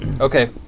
Okay